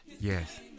Yes